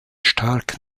stark